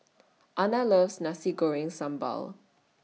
Ana loves Nasi Goreng Sambal